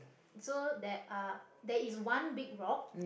so there are there is one big rock